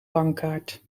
bankkaart